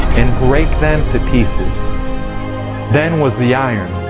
and brake them to pieces then was the iron,